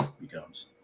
becomes